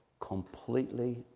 completely